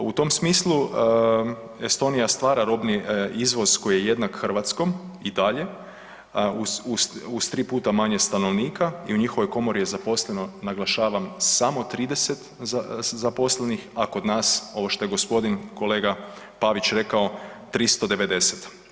U tom smislu Estonije stvara robni izvoz koji je jednak Hrvatskom i dalje uz tri puta manje stanovnika i u njihovoj komori je zaposleno naglašavam samo 30 zaposlenih, a kod nas ovo što je gospodin kolega Pavić rekao 390.